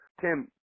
Tim